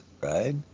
right